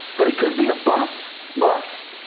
but it could be a bus. bus.